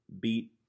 beat